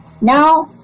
Now